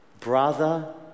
brother